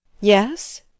yes